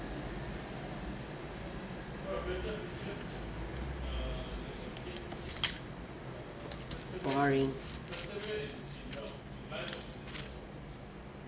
boring